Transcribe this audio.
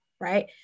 right